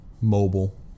mobile